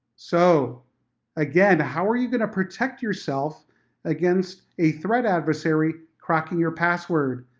so again, how are you gonna protect yourself against a threat adversary cracking your password?